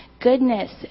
goodness